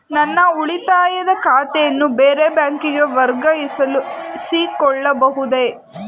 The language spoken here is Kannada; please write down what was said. ನನ್ನ ಉಳಿತಾಯ ಖಾತೆಯನ್ನು ಬೇರೆ ಬ್ಯಾಂಕಿಗೆ ವರ್ಗಾಯಿಸಿಕೊಳ್ಳಬಹುದೇ?